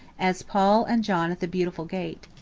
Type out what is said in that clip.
as paul and john at the beautiful gate.